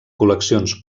col·leccions